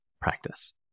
practice